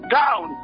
down